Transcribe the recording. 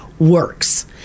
Works